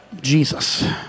Jesus